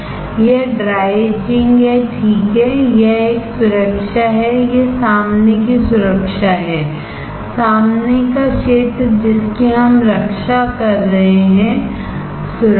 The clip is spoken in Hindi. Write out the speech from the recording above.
यह ड्राइ इचिंग है ठीक है यह एक सुरक्षा है यह सामने की सुरक्षा है सामने का क्षेत्र जिसकी हम रक्षा कर रहे हैं सुरक्षा